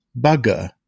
bugger